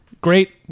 Great